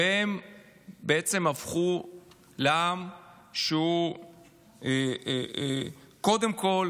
והם הפכו לעם שהוא קודם כול